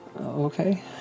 Okay